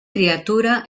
criatura